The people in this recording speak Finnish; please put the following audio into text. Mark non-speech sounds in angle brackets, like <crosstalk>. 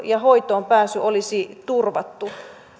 <unintelligible> ja hoitoonpääsy olisi turvattu